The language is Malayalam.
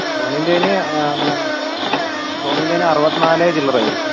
സോണീൻറ്റേന് സോണീൻറ്റേന് അറുപത് നാല് ചില്ലറ വരും